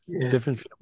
different